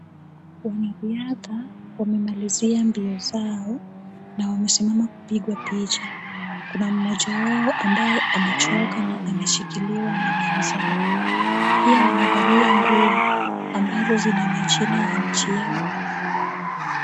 Wanariadha wamemalizia mbio zao na wamesimama kupigwa picha. Kuna mmoja wao ambaye amechoka na ameshikiliwa na wenzake. Pia wamevalia nguo ambazo zina majina ya nchi yao mbele yao.